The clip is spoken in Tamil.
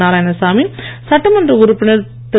நாராயணசாமி சட்டமன்ற உறுப்பினர் திரு